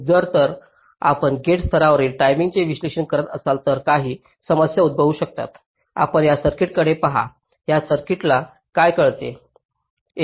तर जर आपण गेट स्तरावरील टाईमचे विश्लेषण करत असाल तर काही समस्या उद्भवू शकतात आपण या सर्किटकडे पहा या सर्किटला काय कळते